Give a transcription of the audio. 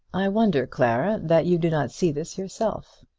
i wonder, clara, that you do not see this yourself.